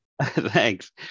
Thanks